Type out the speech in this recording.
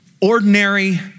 ordinary